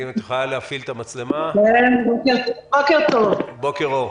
בוקר טוב.